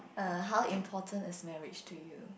err how important is marriage to you